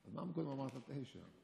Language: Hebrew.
למה קודם אמרת תשע?